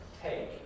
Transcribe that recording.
take